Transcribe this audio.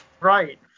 Right